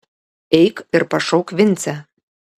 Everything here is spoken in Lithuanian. eik ir pašauk vincę